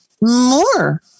more